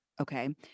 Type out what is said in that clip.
okay